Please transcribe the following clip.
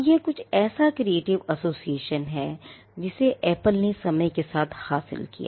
अब यह कुछ ऐसा creative association है जिसे Apple ने समय के साथ हासिल किया